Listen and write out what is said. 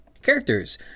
Characters